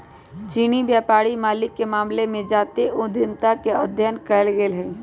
चीनी व्यापारी मालिके मामले में जातीय उद्यमिता के अध्ययन कएल गेल हइ